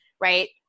Right